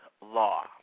law